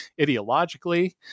ideologically